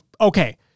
okay